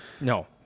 No